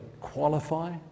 qualify